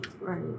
right